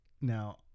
Now